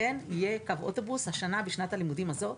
כן יהיה קו אוטובוס השנה, בשנת הלימודים הזו.